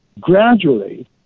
gradually